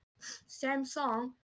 Samsung